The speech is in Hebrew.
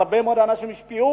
הרבה מאוד אנשים השפיעו.